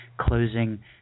closing